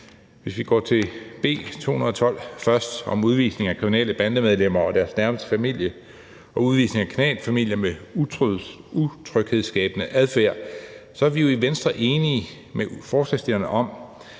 Hvis vi går til B 211 først om udvisning af kriminelle bandemedlemmer og deres nærmeste familie og udvisning af klanfamilier med utryghedsskabende adfærd, vil jeg sige, at vi i Venstre er enige med forslagsstillerne om,